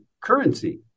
currency